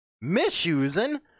Misusing